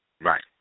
Right